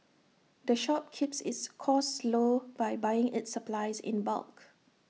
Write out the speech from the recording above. the shop keeps its costs low by buying its supplies in bulk